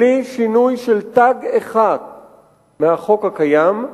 בלי שינוי של תג אחד בחוק הקיים,